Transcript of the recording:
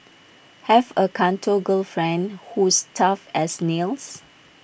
have A Canto girlfriend who's tough as nails